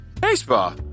baseball